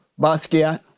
Basquiat